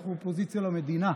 אנחנו אופוזיציה למדינה,